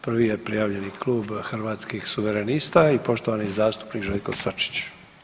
Prvi je prijavljeni klub Hrvatskih suverenista i poštovani zastupnik Željko Sačić.